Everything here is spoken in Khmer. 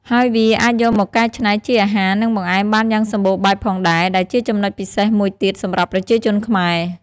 ហើយវាអាចយកមកកែច្នៃជាអាហារ និងបង្អែមបានយ៉ាងសម្បូរបែបផងដែរ ដែលជាចំណុចពិសេសមួយទៀតសម្រាប់ប្រជាជនខ្មែរ។